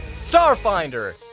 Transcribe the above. Starfinder